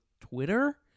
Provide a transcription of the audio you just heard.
Twitter